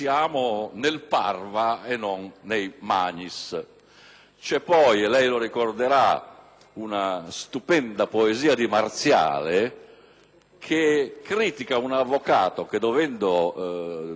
C'è poi - lei lo ricorderà - una stupenda poesia di Marziale che critica un avvocato il quale, dovendo disputare intorno alla proprietà di tre caprette,